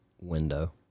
window